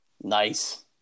Nice